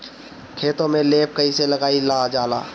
खेतो में लेप कईसे लगाई ल जाला?